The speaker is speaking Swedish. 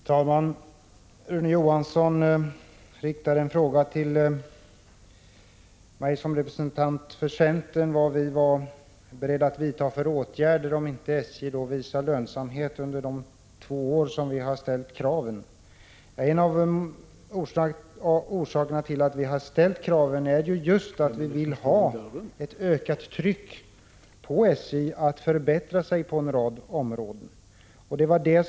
Herr talman! Rune Johansson riktade en fråga till mig scm representant för centern. Han undrade vilka åtgärder som vi var beredda att vidta om SJ inte visar lönsamhet under den period av två år som har angetts i vårt krav. En av orsakerna till att vi har ställt kravet att SJ inom en period av två år skall bryta förlusttrenden är just att vi vill ha ett ökat tryck på SJ att förbättra lönsamheten.